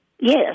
Yes